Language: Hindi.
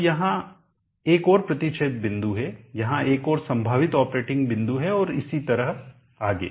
तो यहाँ एक और प्रतिच्छेद बिंदु है यहाँ एक और संभावित ऑपरेटिंग बिंदु है और इसी तरह आगे